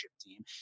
team